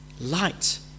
light